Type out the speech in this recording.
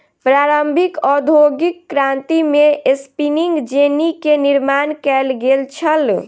प्रारंभिक औद्योगिक क्रांति में स्पिनिंग जेनी के निर्माण कयल गेल छल